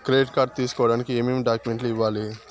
credit card తీసుకోడానికి ఏమేమి డాక్యుమెంట్లు ఇవ్వాలి